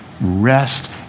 rest